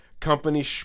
company